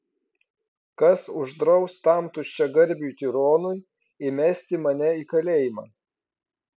kas uždraus tam tuščiagarbiui tironui įmesti mane į kalėjimą